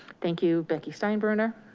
thank you, becky steinbrenner.